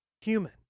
human